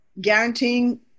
guaranteeing